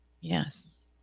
Yes